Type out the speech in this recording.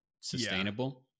sustainable